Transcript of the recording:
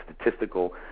statistical